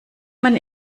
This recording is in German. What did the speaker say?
man